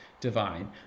divine